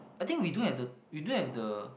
I think we don't have the don't have the